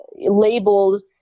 labeled